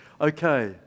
Okay